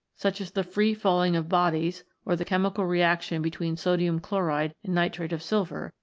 such as the free falling of bodies or the chemical reaction between sodium chloride and nitrate of silver,